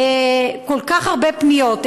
כל כך הרבה פניות.